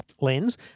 lens